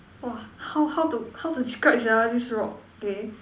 !wah! how how to how to describe sia this rock K